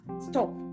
stop